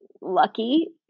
lucky